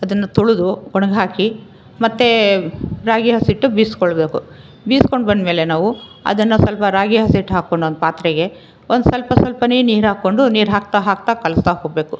ಅದನ್ನು ತೊಳೆದು ಒಣಗಿ ಹಾಕಿ ಮತ್ತೆ ರಾಗಿ ಹಸಿಟ್ಟು ಬೀಸಿಕೊಳ್ಬೇಕು ಬೀಸಿಕೊಂಡ್ಬಂದ್ಮೇಲೆ ನಾವು ಅದನ್ನು ಸ್ವಲ್ಪ ರಾಗಿ ಹಸಿಟ್ಟು ಹಾಕ್ಕೊಂಡು ಒಂದು ಪಾತ್ರೆಗೆ ಒಂದು ಸ್ವಲ್ಪ ಸ್ವಲ್ಪನೇ ನೀರು ಹಾಕ್ಕೊಂಡು ನೀರು ಹಾಕ್ತಾ ಹಾಕ್ತಾ ಕಲಸ್ತಾ ಹೋಗ್ಬೇಕು